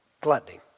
Gluttony